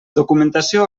documentació